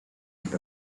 with